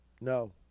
no